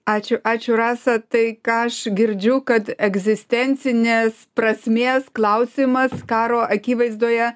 ačiū ačiū rasa tai ką aš girdžiu kad egzistencinės prasmės klausimas karo akivaizdoje